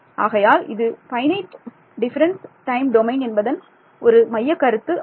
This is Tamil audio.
ஆகையால் இது ஃபைனைட் டிஃபரன்ஸ் டைம் டொமைன் என்பதன் ஒரு மையக் கருத்து ஆகும்